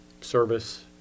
service